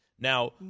Now